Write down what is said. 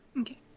Okay